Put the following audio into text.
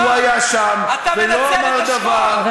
הוא היה שם ולא אמר דבר, אתה מנצל את השכול.